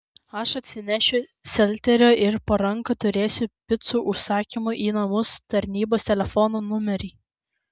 aš atsinešiu selterio ir po ranka turėsiu picų užsakymų į namus tarnybos telefono numerį